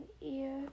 ear